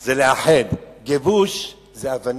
זה לאחד, גבוש, זה אבנים.